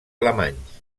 alemanys